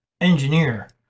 engineer